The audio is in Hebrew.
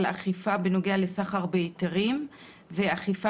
על אכיפה בנוגע לסחר בהיתרים ואכיפה